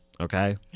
Okay